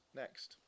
next